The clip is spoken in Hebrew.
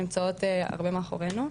שנמצאות הרבה מאחורינו.